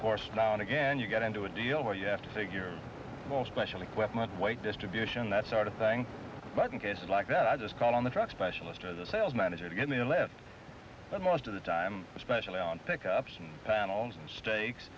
the course now and again you get into a deal where you have to figure more special equipment weight distribution that sort of thing but in cases like that i just call on the truck specialist or the sales manager to give me a lift but most of the time especially on pickups and panels and stak